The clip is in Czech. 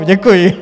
Děkuji.